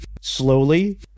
slowly